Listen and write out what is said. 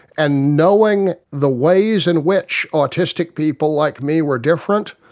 and knowing the ways in which autistic people like me were different,